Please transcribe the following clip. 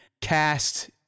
cast